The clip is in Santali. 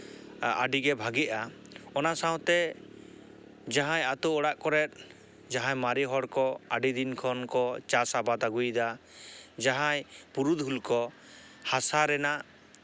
ᱟᱹᱰᱤᱜᱮ ᱵᱷᱟᱹᱜᱤᱜᱼᱟ ᱚᱱᱟ ᱥᱟᱶᱛᱮ ᱡᱟᱦᱟᱸᱭ ᱟᱹᱛᱩ ᱚᱲᱟᱜ ᱠᱚᱨᱮᱫ ᱡᱟᱦᱟᱸᱭ ᱢᱟᱨᱮ ᱦᱚᱲ ᱠᱚ ᱟᱹᱰᱤ ᱫᱤᱱ ᱠᱷᱚᱱ ᱠᱚ ᱪᱟᱥᱼᱟᱵᱟᱫᱽ ᱟᱹᱜᱩᱭᱮᱫᱟ ᱡᱟᱦᱟᱸᱭ ᱯᱩᱨᱩᱫᱷᱩᱞ ᱠᱚ ᱦᱟᱥᱟ ᱨᱮᱱᱟᱜ